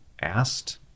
asked